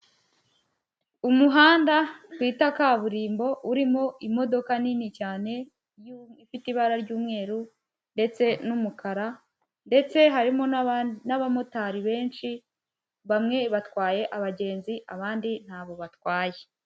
Umuhanda twita kaburimbo urimo imodoka nini cyane ifite ibara ry'umweru ndetse n'umukara ndetse harimo n'abamotari benshi bamwe batwaye abagenzi abandi ntabo batwaye.